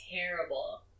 terrible